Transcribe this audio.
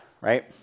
right